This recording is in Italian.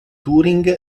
turing